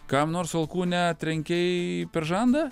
kam nors alkūne trenkei per žandą